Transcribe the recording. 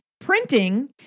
printing